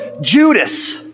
Judas